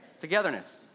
Togetherness